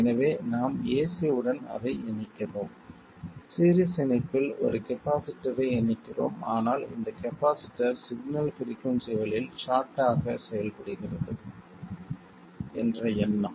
எனவே நாம் ac உடன் அதை இணைக்கிறோம் சீரிஸ் இணைப்பில் ஒரு கப்பாசிட்டர்ரை இணைக்கிறோம் ஆனால் இந்த கப்பாசிட்டர் சிக்னல் பிரிக்குயென்சிகளில் ஷார்ட் ஆக செயல்படுகிறது என்ற எண்ணம்